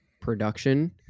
production